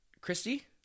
Christy